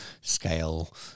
scale